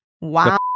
Wow